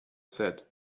said